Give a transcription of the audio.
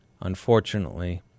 Unfortunately